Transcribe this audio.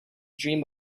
dream